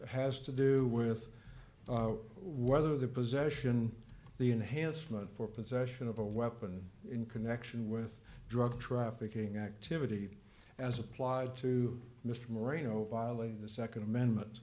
has to do with whether the possession the enhancement for possession of a weapon in connection with drug trafficking activity as applied to mr moreno violating the nd amendment